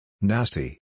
Nasty